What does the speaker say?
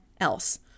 else